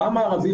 העם הערבי,